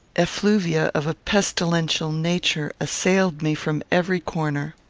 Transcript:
effluvia of a pestilential nature assailed me from every corner.